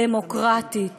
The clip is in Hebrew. דמוקרטית?